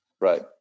Right